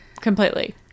Completely